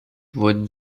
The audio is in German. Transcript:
wurden